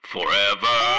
Forever